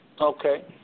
Okay